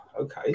okay